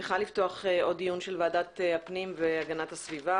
אני שמחה לפתוח עוד דיון של ועדת הפנים והגנת הסביבה.